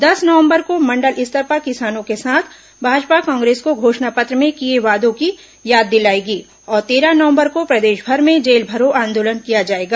दस नवंबर को मंडल स्तर पर किसानों के साथ भाजपा कांग्रेस को घोषणा पत्र में किए वादों की याद दिलाएगी और तेरह नवंबर को प्रदेशभर में जेल भरो आंदोलन किया जाएगा